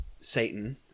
Satan